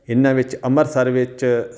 ਇਹਨਾਂ ਵਿੱਚ ਅੰਮ੍ਰਿਤਸਰ ਵਿੱਚ